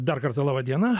dar kartą laba diena